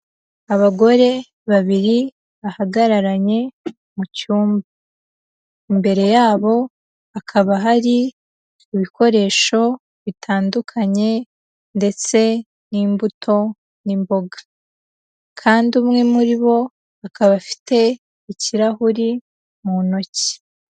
Abagore babiri bahagararanye mu cyumba, imbere yabo hakaba hari ibikoresho bitandukanye ndetse n'imbuto n'imboga, kandi umwe muri bo akaba afite ikirahuri mu ntoki.